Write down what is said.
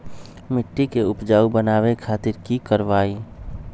मिट्टी के उपजाऊ बनावे खातिर की करवाई?